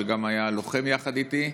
שגם היה לוחם יחד איתי,